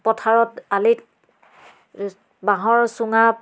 পথাৰত আলিত তেনেকৈ বাঁহৰ চুঙা